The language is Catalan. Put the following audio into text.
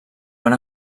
van